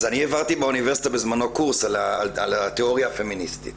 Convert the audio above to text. אז אני העברתי באוניברסיטה בזמנו קורס על התיאוריה הפמיניסטית